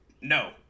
no